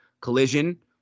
Collision